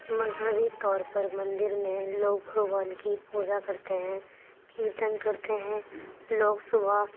مذہبی طور پر مندر میں لوگ بھگوان کی پوجا کرتے ہیں کیرتن کرتے ہیں لوگ صُبح